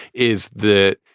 is the